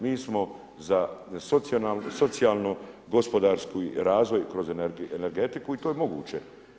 Mi smo za socijalni gospodarski razvoj kroz energetiku i to je moguće.